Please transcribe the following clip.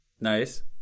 Nice